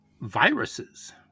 viruses